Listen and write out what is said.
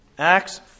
Acts